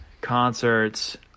concerts